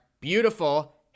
beautiful